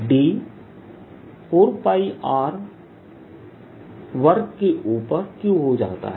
D 4 pi r वर्ग के ऊपर Q हो जाता है